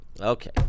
Okay